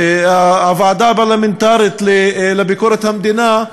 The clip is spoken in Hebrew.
והוועדה הפרלמנטרית לביקורת המדינה,